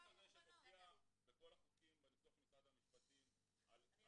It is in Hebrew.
אני מקווה שתופיע בכל החוקים של משרד המשפטים --- אני